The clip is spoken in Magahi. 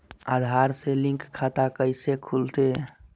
आधार से लिंक खाता कैसे खुलते?